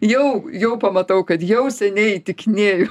jau jau pamatau kad jau seniai įtikinėju